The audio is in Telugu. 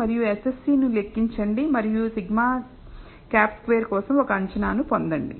మరియు SSE ను లెక్కించండి మరియు σ̂2 కోసం ఒక అంచనాను పొందండి